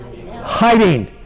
Hiding